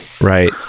Right